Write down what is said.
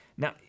Now